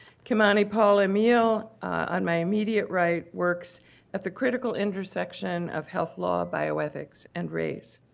kimani paul-emile on my immediate right works at the critical intersection of health law bioethics and race.